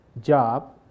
job